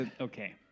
Okay